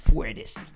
Furthest